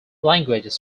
languages